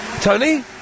Tony